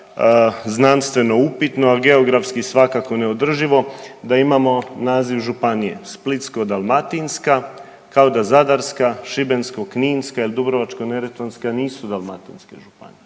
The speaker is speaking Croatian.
znanstveno upitno, ali geografski svakako neodrživo, da imamo naziv županije Splitsko-dalmatinska, kao da Zadarska, Šibensko-kninska ili Dubrovačko-neretvanska nisu dalmatinske županije.